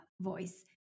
voice